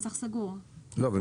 הלילה.